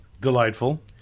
Delightful